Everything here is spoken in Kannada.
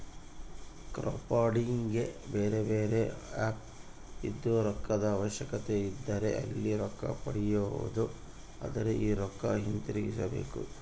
ಕ್ರೌಡ್ಫಂಡಿಗೆ ಬೇರೆಬೇರೆ ಆಪ್ ಇದ್ದು, ರೊಕ್ಕದ ಅವಶ್ಯಕತೆಯಿದ್ದರೆ ಅಲ್ಲಿ ರೊಕ್ಕ ಪಡಿಬೊದು, ಆದರೆ ಈ ರೊಕ್ಕ ಹಿಂತಿರುಗಿಸಬೇಕು